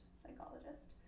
psychologist